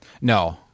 no